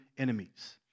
Enemies